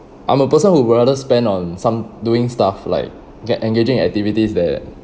I'm a person who would rather spend on some doing stuff like get engaging activities that